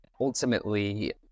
ultimately